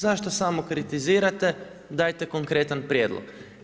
Zašto samo kritizirate, dajte konkretan prijedlog.